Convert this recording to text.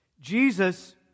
Jesus